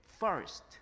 first